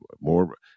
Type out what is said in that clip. more